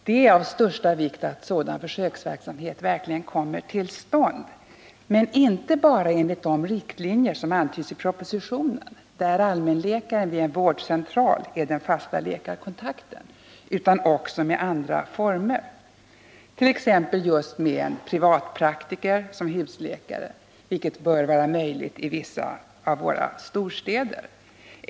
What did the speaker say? Det är av största vikt att sådan försöksverksamhet verkligen kommer till stånd — men inte bara enligt de riktlinjer som antyds i propositionen, där allmänläkaren vid en vårdcentral är den fasta läkarkontakten, utan också med andra former,t.ex. just med en privatpraktiker som husläkare, vilket bör vara möjligt i vissa av våra storstäder.